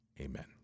Amen